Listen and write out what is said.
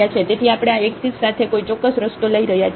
તેથી આપણે આ x એક્સિસ સાથે કોઈ ચોક્કસ રસ્તો લઈ રહ્યા છીએ